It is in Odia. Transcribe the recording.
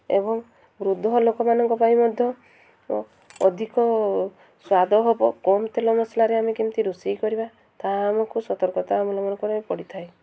ଏବଂ ବୃଦ୍ଧ ଲୋକମାନଙ୍କ ପାଇଁ ମଧ୍ୟ ଅଧିକ ସ୍ୱାଦ ହେବ କମ୍ ତେଲ ମସଲାରେ ଆମେ କେମିତି ରୋଷେଇ କରିବା ତାହା ଆମକୁ ସତର୍କତା ଅବଲମ୍ବନ କରିବା ପାଇଁ ପଡ଼ିଥାଏ